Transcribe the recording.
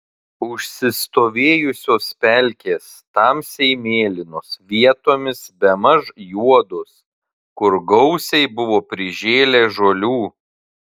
užsistovėjusios pelkės tamsiai mėlynos vietomis bemaž juodos kur gausiai buvo prižėlę žolių